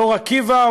באור-עקיבא,